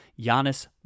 Giannis